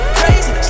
crazy